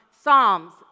Psalms